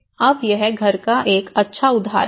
अब यह घर का एक अच्छा उदाहरण है